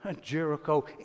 Jericho